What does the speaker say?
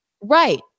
Right